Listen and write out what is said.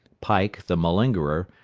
pike, the malingerer,